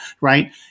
right